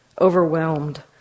overwhelmed